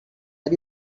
are